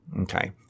Okay